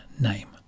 name